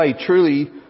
truly